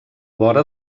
vora